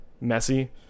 messy